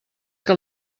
que